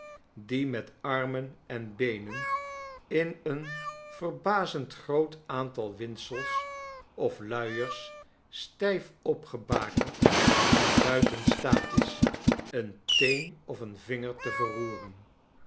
die met armen en beenen in een verbazend groot aantal windsels of luiers stijf opgebakerd en buiten staat is een teen of vinger te verroeren